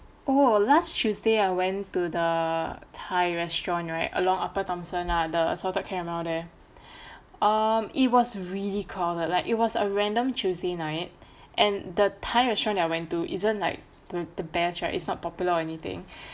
oh last tuesday I went to the thai restaurant right along upper thomson lah the salted caramel there um it was really crowded like it was a random tuesday night and the thai restaurant that I went to isn't like the best right is not popular or anything